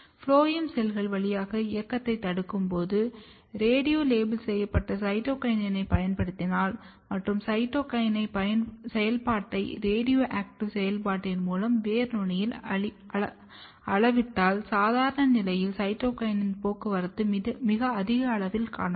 phloem செல்கள் வழியாக இயக்கத்தைத் தடுக்கும்போது ரேடியோ லேபிள் செய்யப்பட்ட சைட்டோகினின் பயன்படுத்தினால் மற்றும் சைட்டோகினின் செயல்பாட்டை ரேடியோ ஆக்ட்டிவ் செயல்பாட்டின் மூலம் வேர் நுனியில் அளவிட்டால் சாதாரண நிலையில் சைட்டோகினின் போக்குவரத்தை மிக அதிக அளவில் காணலாம்